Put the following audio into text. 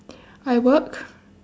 I work